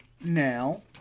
Now